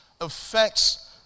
affects